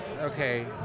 Okay